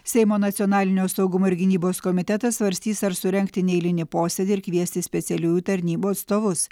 seimo nacionalinio saugumo ir gynybos komitetas svarstys ar surengti neeilinį posėdį ir kviesti specialiųjų tarnybų atstovus